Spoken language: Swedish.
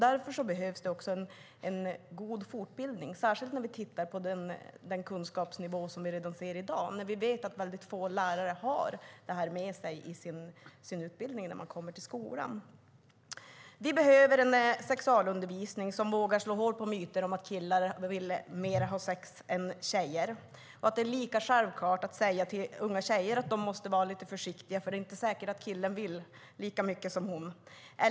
Det behövs därför en god fortbildning. Det vet vi när vi ser på kunskapsnivån i dag. Vi vet att väldigt få lärare har detta med sig i sin utbildning när de kommer till skolan. Vi behöver en sexualundervisning som vågar slå hål på myter om att killar vill ha mer sex än tjejer att det är lika självklart att säga till tjejer att de måste vara lite försiktiga eftersom det inte är säkert att killen vill lika mycket som de.